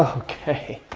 ah okay,